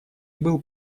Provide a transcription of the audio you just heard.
был